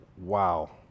Wow